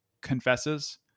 confesses